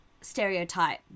stereotype